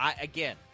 Again